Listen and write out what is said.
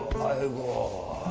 the ball.